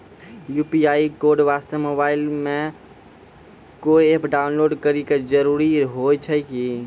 UPI code वास्ते mobile मे कोय एप्प डाउनलोड करे के जरूरी होय छै की?